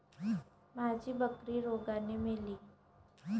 माझी बकरी रोगाने मेली